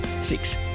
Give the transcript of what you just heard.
Six